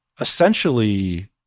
essentially